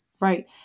right